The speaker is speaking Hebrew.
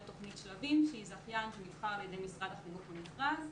תוכנית שלבים שהיא זכיין שנבחר על ידי משרד החינוך במכרז.